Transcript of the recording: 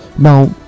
Now